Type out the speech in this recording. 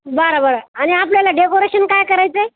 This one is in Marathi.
बरं बरं आणि आपल्याला डेकोरेशन काय करायचं आहे